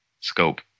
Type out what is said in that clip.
scope